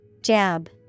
Jab